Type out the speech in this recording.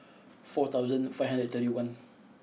four thousand five hundred thirty one